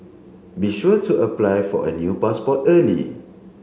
be sure to apply for a new passport early